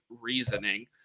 reasoning